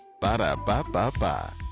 Ba-da-ba-ba-ba